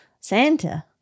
Santa